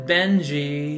Benji